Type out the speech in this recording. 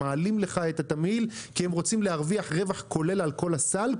הם מעלים לך את התמהיל כי הם רוצים להרוויח רווח כולל על כל הסל,